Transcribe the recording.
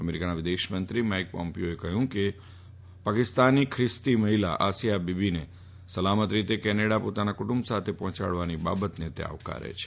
અમેરિકાના વિદેશમંત્રી માઈક પોમ્પીયોએ જણાવ્યું કે પાકિસ્તાની ખ્રિસ્તી મહિલા આસીયા બીબીને સલામત કેનેડા પોતાના કુટુંબ સાથે પફોંચાડવાની બાબતને તે આવકારે છે